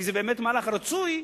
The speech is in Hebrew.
האם זה באמת מהלך רצוי?